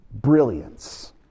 brilliance